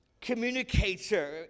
communicator